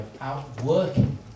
outworking